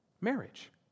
marriage